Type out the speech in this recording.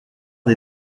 des